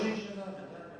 מי זה ביבי בשבילך?